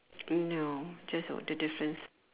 no just o~ the difference